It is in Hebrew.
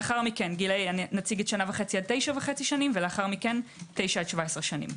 לאחר מכן נציג את שנה וחצי עד 9.5 שנים ולאחר מכן 9 עד 17 שנים.